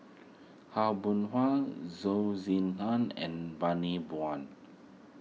Aw Boon Haw Zhou Ying Nan and Bani Buang